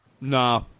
Nah